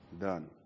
Done